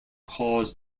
cause